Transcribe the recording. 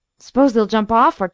s'pose they'll jump off,